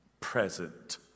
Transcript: Present